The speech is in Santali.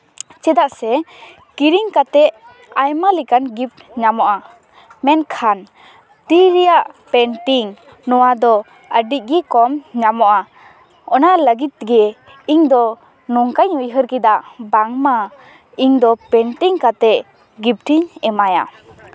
ᱪᱮᱫᱟᱜ ᱥᱮ ᱠᱤᱨᱤᱧ ᱠᱟᱛᱮ ᱟᱭᱢᱟ ᱞᱮᱠᱟᱱ ᱜᱤᱯᱷᱴ ᱧᱟᱢᱚᱜᱼᱟ ᱢᱮᱱᱠᱷᱟᱱ ᱛᱤ ᱨᱮᱭᱟᱜ ᱯᱮᱱᱴᱤᱝ ᱱᱚᱣᱟ ᱫᱚ ᱟᱹᱰᱤᱜᱮ ᱠᱚᱢ ᱧᱟᱢᱚᱜᱼᱟ ᱚᱱᱟ ᱞᱟᱹᱜᱤᱫ ᱜᱮ ᱤᱧ ᱫᱚ ᱱᱚᱝᱠᱟᱧ ᱩᱭᱦᱟᱹᱨ ᱠᱮᱫᱟ ᱵᱟᱝᱢᱟ ᱤᱧ ᱫᱚ ᱯᱮᱱᱴᱤᱝ ᱠᱟᱛᱮ ᱜᱤᱯᱷᱴ ᱤᱧ ᱮᱢᱟᱭᱟ